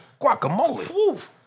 guacamole